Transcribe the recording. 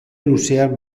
luzean